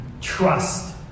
trust